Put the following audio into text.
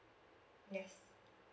yes